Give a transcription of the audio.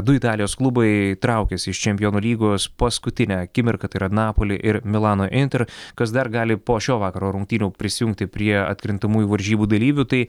du italijos klubai traukiasi iš čempionų lygos paskutinę akimirką tai yra napoli ir milano inter kas dar gali po šio vakaro rungtynių prisijungti prie atkrintamųjų varžybų dalyvių tai